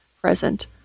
present